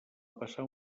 passar